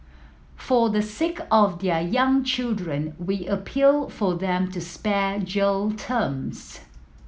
for the sake of their young children we appeal for them to spared jail terms